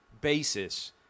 basis